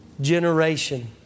generation